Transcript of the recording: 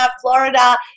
Florida